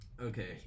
Okay